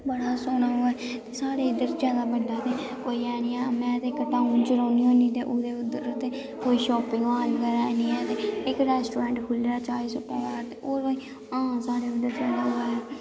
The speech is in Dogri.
बड़ा सोह्ना ओह् ऐ ते साढ़े इद्धर जादा बड्डा ते कोई ऐ निं ऐ में ते इक गांव च रौह्न्नी होन्नी ते ओह्दे उद्धर ते कोई शॉपिंग हाल बगैरा हैनी हैन ऐ ते इक रैस्टोरैंट खुल्लेआ चाय स्फायर ते होर कोई हां साढ़े उद्धर जादा ओह् ऐ